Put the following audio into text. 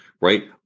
right